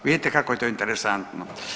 Vidite kako je to interesantno.